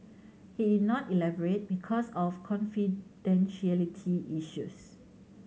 he did not elaborate because of confidentiality issues